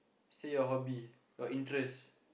say your hobby your interest